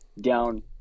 down